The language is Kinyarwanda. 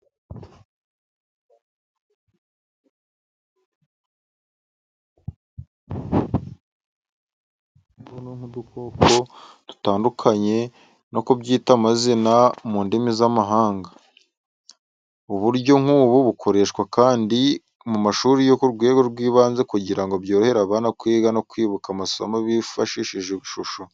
Igishushanyo cy’umuswa kiri ku rukuta rw’inzu nk’igikoresho cy’imfashanyigisho. Gifasha abanyeshuri kumenya ibinyabuzima bito nk’udukoko dutandukanye no kubyita amazina mu ndimi z’amahanga. Uburyo nk’ubu bukoreshwa kandi mu mashuri yo ku rwego rw’ibanze kugira ngo byorohere abana kwiga no kwibuka amasomo bifashishije ishusho.